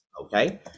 okay